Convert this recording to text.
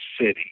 City